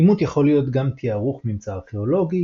אימות יכול להיות גם תיארוך ממצא ארכאולוגי,